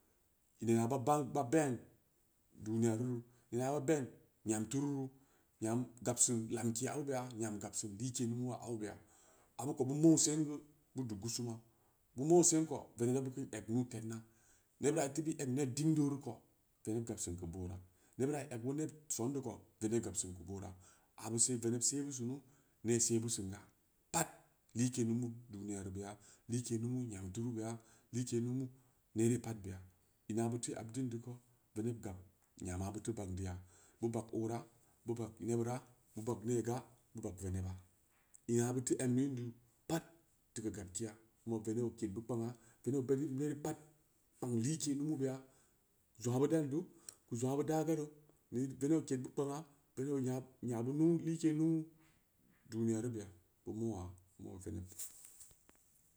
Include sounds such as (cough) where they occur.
(unintelligible) ba ben duniyaruru ma ba ben nya tururu ayam gabsin lamke abubeya yam gabsin like numu au beya abu kou beu mou sen geu beu dug gusuma bau mou sen kou veneb da beu kin egn nuu tenna nebura beu teu beu egu nen dingdoru kou veneb gab sin keu boora nebura i eg beu nee son deou kou veneb gab sin ke boora abuse veneb se beu sunu ne sebusin ga pat like numu duniyaru beya like numu yam turu beya like numu nere pat beya ina beu teu habdin di kou veneb gab yama beu teu bagndiya beu bag ora beu bag nebura beu bag nega beu venebba ina ben teu emmindu pat ten keu gab keya (hesitation) veneb oked beu kpang'aa veneb o bedin nere pat kpang like numubeya zong aa ba dandu keu zong aa beu dagaru ne veneb o ked beu kpang aa veneb onya nya beu numu like numu (hesitation) duniyaru beya beu moa beu mo veneb.